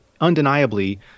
undeniably